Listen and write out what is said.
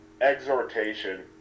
exhortation